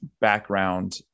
background